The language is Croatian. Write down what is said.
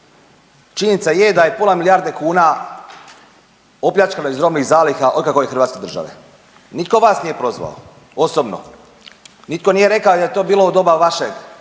Činjenica je da je pola milijarde kuna opljačkano iz robnih zaliha od kako je Hrvatske države. Nitko vas nije prozvao osobno, nitko nije rekao i da je to bilo u doba vašeg